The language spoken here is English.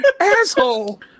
Asshole